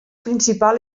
principal